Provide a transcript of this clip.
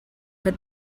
but